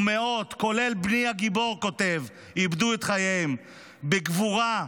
ומאות, כולל בני הגיבור, איבדו את חייהם בגבורה,